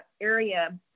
area